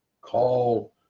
call